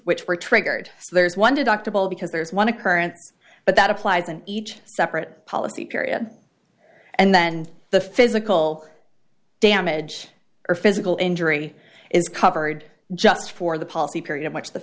which were triggered so there's one deductible because there's one occurrence but that applies in each separate policy period and then the physical damage or physical injury is covered just for the policy period much the